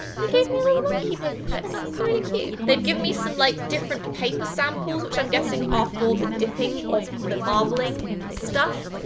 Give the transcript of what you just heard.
they gave me a little monkey paper clip. that's really cute. they've given me some like, different paper samples, which i'm guessing are for the dipping of the marbling stuff.